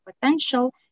potential